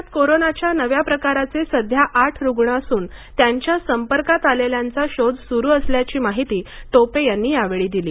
राज्यात कोरोनाच्या नव्या प्रकाराचे सध्या आठ रुण असून त्यांच्या संपर्कात आलेल्यांचा शोध सुरु असल्याची माहिती टोपे यांनी यावेळी दिली